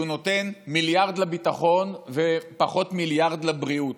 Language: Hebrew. כשהוא נותן מיליארד לביטחון ופחות מיליארד לבריאות,